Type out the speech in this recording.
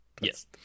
yes